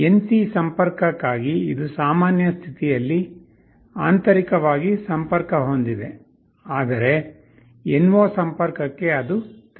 NC ಸಂಪರ್ಕಕ್ಕಾಗಿ ಇದು ಸಾಮಾನ್ಯ ಸ್ಥಿತಿಯಲ್ಲಿ ಆಂತರಿಕವಾಗಿ ಸಂಪರ್ಕ ಹೊಂದಿದೆ ಆದರೆ NO ಸಂಪರ್ಕಕ್ಕೆ ಅದು ತೆರೆದಿರುತ್ತದೆ